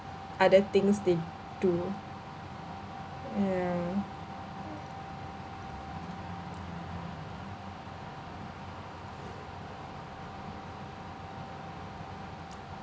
other things they do yeah